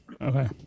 Okay